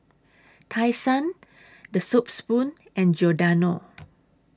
Tai Sun The Soup Spoon and Giordano